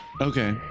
Okay